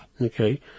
Okay